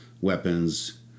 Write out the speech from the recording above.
weapons